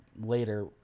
later